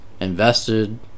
invested